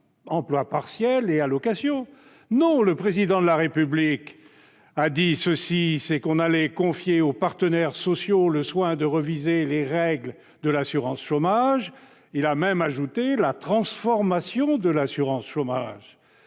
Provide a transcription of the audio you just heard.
emploi partiel et allocations. Non ! Le Président de la République a déclaré qu'on allait confier aux partenaires sociaux le soin de réviser les règles de l'assurance chômage ; il a même évoqué la « transformation de l'assurance chômage